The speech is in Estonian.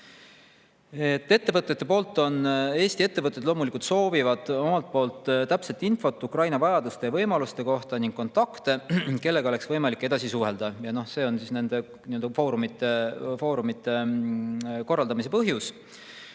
koostöölepete sõlmimiseks. Eesti ettevõtted loomulikult soovivad omalt poolt täpset infot Ukraina vajaduste ja võimaluste kohta ning kontakte, kellega oleks võimalik edasi suhelda. See on siis nende foorumite korraldamise põhjus.